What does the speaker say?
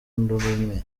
rumwe